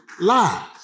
lies